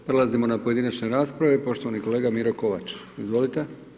Prelazimo na pojedinačne rasprave, poštovani kolega Miro Kovač, izvolite.